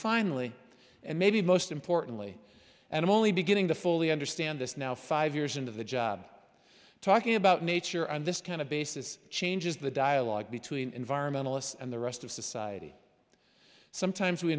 finally and maybe most importantly and i'm only beginning to fully understand this now five years into the job talking about nature and this kind of basis changes the dialogue between environmentalists and the rest of society sometimes we